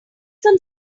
some